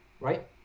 Right